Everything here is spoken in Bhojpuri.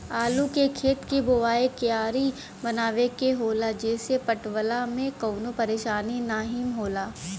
आलू के खेत के बोवाइ क्यारी बनाई के होला जेसे पटवला में कवनो परेशानी नाहीम होला